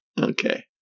Okay